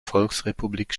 volksrepublik